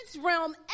realm